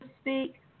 speak